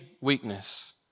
weakness